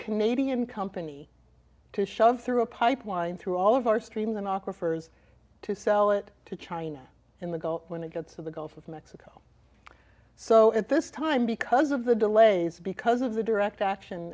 canadian company to shove through a pipeline through all of our stream the knock refers to sell it to china in the gulf when it gets to the gulf of mexico so at this time because of the delays because of the direct action